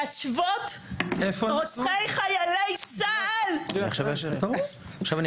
להשוות חיילי צה"ל -- איפה הם עשו?